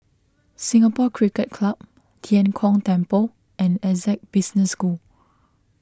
Singapore Cricket Club Tian Kong Temple and Essec Business School